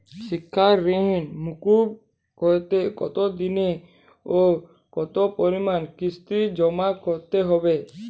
শিক্ষার ঋণ মুকুব করতে কতোদিনে ও কতো পরিমাণে কিস্তি জমা করতে হবে?